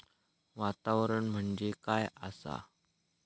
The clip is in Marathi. वातावरण म्हणजे काय आसा?